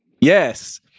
yes